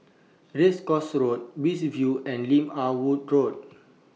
Race Course Road Beach View and Lim Ah Woo Road